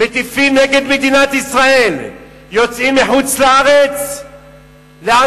מטיפים נגד מדינת ישראל, יוצאים לחוץ-לארץ לעצרות